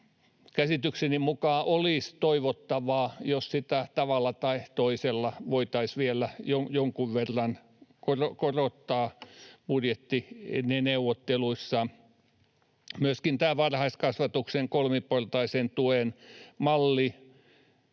Käsitykseni mukaan olisi toivottavaa, jos sitä tavalla tai toisella voitaisiin vielä jonkun verran korottaa budjettineuvotteluissa. Myöskin tähän varhaiskasvatuksen kolmiportaisen tuen malliin